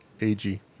A-G